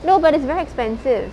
no but it's very expensive